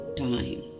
time